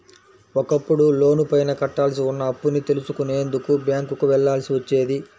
ఒకప్పుడు లోనుపైన కట్టాల్సి ఉన్న అప్పుని తెలుసుకునేందుకు బ్యేంకుకి వెళ్ళాల్సి వచ్చేది